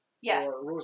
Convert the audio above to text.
yes